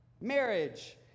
Marriage